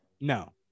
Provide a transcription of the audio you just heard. No